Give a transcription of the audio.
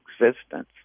existence